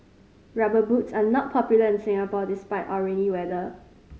Rubber Boots are not popular in Singapore despite our rainy weather